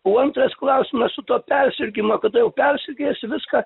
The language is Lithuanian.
o antras klausimas su tuo persirgimu kada jau persirgęs viską